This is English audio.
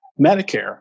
Medicare